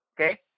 okay